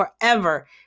forever